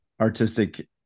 artistic